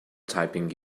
typing